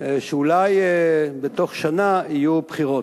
שאולי בתוך שנה יהיו בחירות.